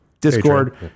Discord